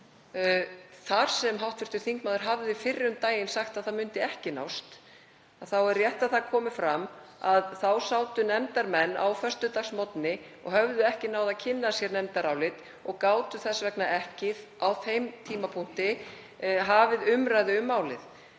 þar sem hv. þingmaður hafði fyrr um daginn sagt að það myndi ekki nást er rétt að það komi fram að þá sátu nefndarmenn á föstudagsmorgni og höfðu ekki náð að kynna sér nefndarálitið og gátu þess vegna ekki á þeim tímapunkti hafið umræðu um málið.